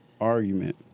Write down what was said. argument